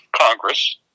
Congress